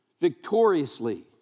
victoriously